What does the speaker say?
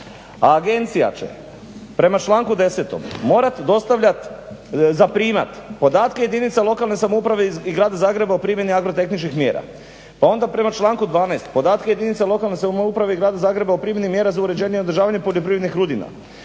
a agencija će prema članku 10. morat dostavljat, zaprimat podatke jedinica lokalne samouprave i grada Zagreba u primjeni agrotehničkih mjera. Pa onda prema članku 12. podatke jedinica lokalne samouprave i grada Zagreba u primjeni mjera za uređenje i održavanje poljoprivrednih rudina.